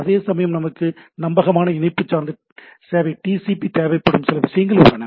அதேசமயம் நமக்கு நம்பகமான இணைப்பு சார்ந்த சேவை டிசிபி தேவைப்படும் சில விஷயங்கள் உள்ளன